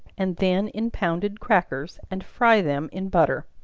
and then in pounded crackers, and fry them in butter.